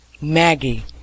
MAGGIE